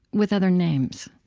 with other names.